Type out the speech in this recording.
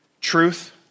Truth